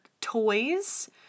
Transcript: toys